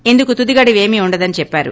ఇందుకు తుది గడువు ఏమీ ఉండదని చెప్పారు